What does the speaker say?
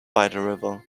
river